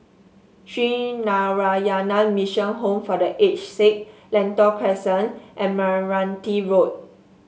Sree Narayana Mission Home for The Aged Sick Lentor Crescent and Meranti Road